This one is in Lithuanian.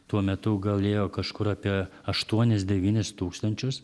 tuo metu galėjo kažkur apie aštuonis devynis tūkstančius